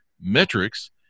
Metrics